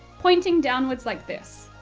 pointing downwards like this.